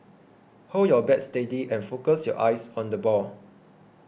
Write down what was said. hold your bat steady and focus your eyes on the ball